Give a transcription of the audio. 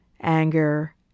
anger